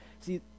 See